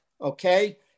Okay